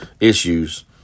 issues